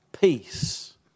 peace